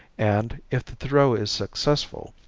and, if the throw is successful,